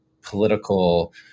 political